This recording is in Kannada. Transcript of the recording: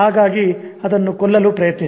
ಹಾಗಾಗಿ ಅದನ್ನು ಕೊಲ್ಲಲು ಪ್ರಯತ್ನಿಸಿ